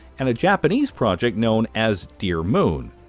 and a japanese project known as dear moon.